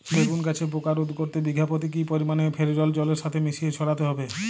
বেগুন গাছে পোকা রোধ করতে বিঘা পতি কি পরিমাণে ফেরিডোল জলের সাথে মিশিয়ে ছড়াতে হবে?